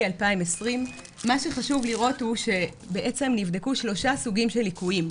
2020. מה שחשוב לראות הוא שנבדקו שלושה סוגים של ליקויים,